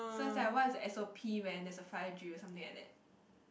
so it's like what's the s_o_p when there's a fire drill or something like that